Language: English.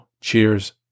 Cheers